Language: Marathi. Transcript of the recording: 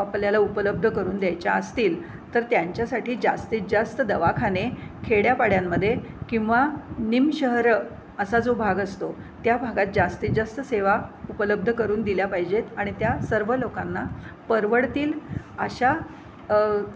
आपल्याला उपलब्ध करून द्यायच्या असतील तर त्यांच्यासाठी जास्तीत जास्त दवाखाने खेड्यापाड्यांमध्ये किंवा निमशहरं असा जो भाग असतो त्या भागात जास्तीत जास्त सेवा उपलब्ध करून दिल्या पाहिजेत आणि त्या सर्व लोकांना परवडतील अशा